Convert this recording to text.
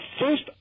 first